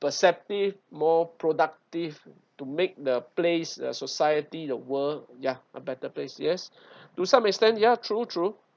perceptive more productive to make the place the society the world ya better place yes to some extent ya true true